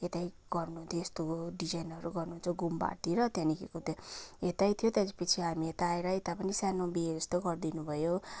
यतै गर्नुहुन्छ त्यस्तो डिजाइनहरू गर्नुहुन्छ गुम्बाहरूतिर त्यहाँदेखिको त्यो यतै थियो त्यसपछि हामी यतै आएर यता पनि सानो बिहे जस्तो गरिदिनुभयो